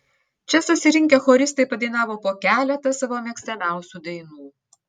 čia susirinkę choristai padainavo po keletą savo mėgstamiausių dainų